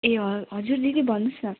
ए ह हजुर दिदी भन्नुहोस् न